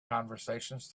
conversations